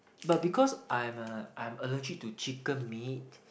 but because I'm a I'm allergic to chicken meat